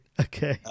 Okay